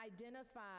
identify